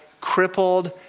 crippled